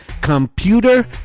Computer